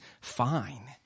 fine